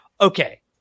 Okay